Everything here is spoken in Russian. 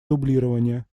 дублирования